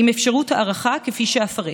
עם אפשרות הארכה כפי שאפרט.